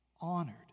honored